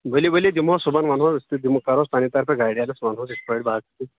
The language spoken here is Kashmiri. ؤلِو ؤلِو دِمہوس صُبحن ونہوس أسۍ تہِ کرہوس پننہِ طرفہٕ گایڈنس ونہوس یِتھٕ پٲٹھۍ باقٕے